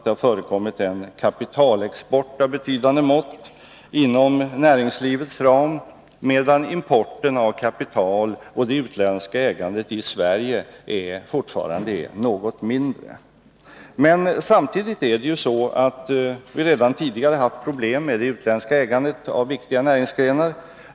Det har förekommit en kapitalexport av betydande mått inom näringslivets ram, medan importen av kapital och det utländska ägandet i Sverige fortfarande är något mindre. Samtidigt har vi redan tidigare haft problem med det utländska ägandet inom viktiga näringsgrenar.